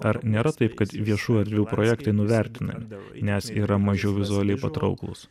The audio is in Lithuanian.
ar nėra taip kad viešų erdvių projektai nuvertinami nes yra mažiau vizualiai patrauklūs